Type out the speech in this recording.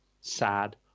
sad